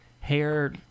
hair